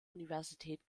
universität